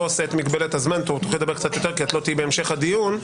מגבלת הזמן כי לא תהיי בהמשך הדיון.